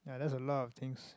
ya that's a lot of things